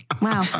wow